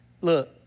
look